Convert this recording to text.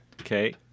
Okay